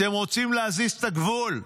אתם רוצים להזיז את הגבול.